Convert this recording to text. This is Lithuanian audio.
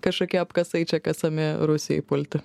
kažkokie apkasai čia kasami rusijai pulti